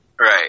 Right